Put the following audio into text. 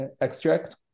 extract